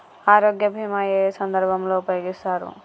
ఆరోగ్య బీమా ఏ ఏ సందర్భంలో ఉపయోగిస్తారు?